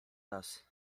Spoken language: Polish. raz